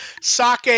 Sake